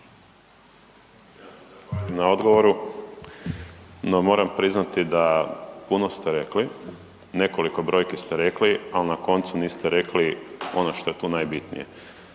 na odgovoru, no moram priznati da puno ste rekli, nekoliko brojki ste rekli, al na koncu niste rekli ono što je tu najbitnije.